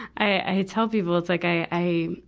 i, i tell people, it's like i, i,